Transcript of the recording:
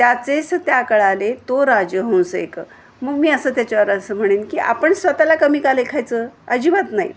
त्याचेच त्या कळाले तो राजहंस एक मग मी असं त्याच्यावर असं म्हणेन की आपण स्वतःला कमी का लेखायचं अजिबात नाही